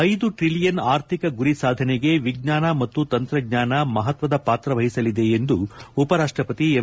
ಐದು ಟ್ರಲಿಯನ್ ಆರ್ಥಿಕ ಗುರಿ ಸಾಧನೆಗೆ ವಿಜ್ಞಾನ ಮತ್ತು ತಂತ್ರಜ್ಞಾನ ಮಹತ್ವದ ಪಾತ್ರವಹಿಸಲಿದೆ ಎಂದು ಉಪರಾಷ್ಟಪತಿ ಎಂ